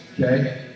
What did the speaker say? Okay